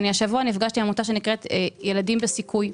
השבוע נפגשתי עם אנשי עמותה שנקראת ילדים בסיכוי,